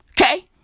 okay